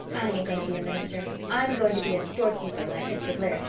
i ain't going to be a minister. i'm going to be a storekeeper, like mr. blair,